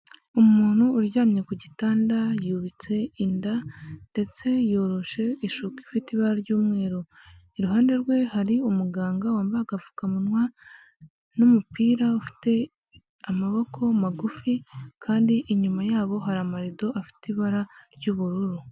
Umuntu uryamye ku gitanda, yubitse inda ndetse yoroshe ishuka ifite ibara ry'umweru, iruhande rwe hari umuganga wambaye agapfukamunwa n'umupira ufite amaboko magufi kandi inyuma yabo hari amarido afite ibara ry'ubururu.